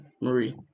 Marie